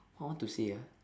what I want to say ah